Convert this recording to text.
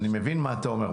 אני מבין מה אתה אומר.